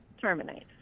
terminate